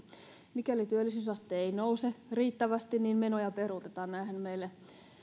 mikäli työllisyysaste ei nouse riittävästi menoja peruutetaan näinhän meille